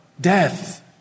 death